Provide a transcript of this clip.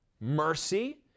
mercy